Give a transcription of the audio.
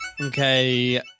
Okay